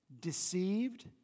Deceived